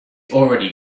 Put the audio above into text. already